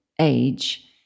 age